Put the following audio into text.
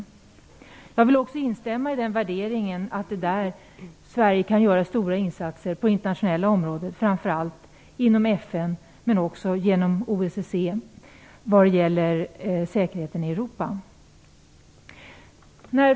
Vidare vill jag instämma i värderingen att Sverige kan göra stora insatser på det internationella området - framför allt inom FN, men även genom OSSE vad gäller säkerheten i Europa.